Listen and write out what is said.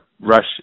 rush